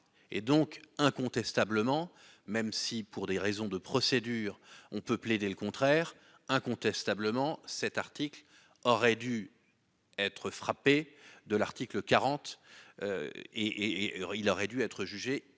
Et donc, incontestablement, même si pour des raisons de procédure, on peut plaider le contraire. Incontestablement, cet article aurait dû. Être frappés de l'article 40. Et et il aurait dû être jugé irrecevable